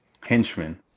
henchmen